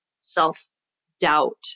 self-doubt